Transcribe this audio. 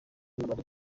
n’abari